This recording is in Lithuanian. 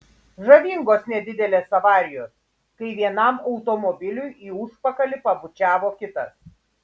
žavingos nedidelės avarijos kai vienam automobiliui į užpakalį pabučiavo kitas